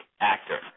actor